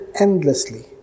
endlessly